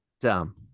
dumb